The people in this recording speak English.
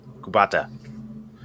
Kubata